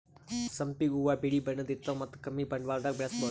ಸಂಪಿಗ್ ಹೂವಾ ಬಿಳಿ ಬಣ್ಣದ್ ಇರ್ತವ್ ಮತ್ತ್ ಕಮ್ಮಿ ಬಂಡವಾಳ್ದಾಗ್ ಬೆಳಸಬಹುದ್